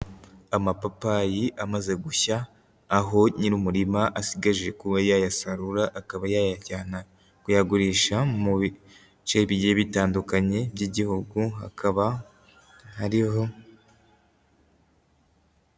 Amapapayi amaze gushya, aho nyir'umurima asigaje kuba yayasarura, akaba yayajyana kuyagurisha mu bice bigiye bitandukanye by'Igihugu. hakaba hariho...